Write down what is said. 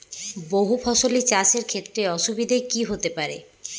বহু ফসলী চাষ এর ক্ষেত্রে অসুবিধে কী কী হতে পারে?